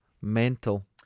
Mental